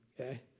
Okay